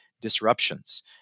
disruptions